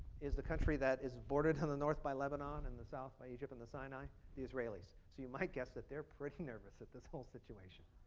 is the country that is bordered on the north by lebanon and south by egypt in the sinai, the israelis. so you might guess that they are pretty nervous at this whole situation.